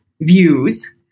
views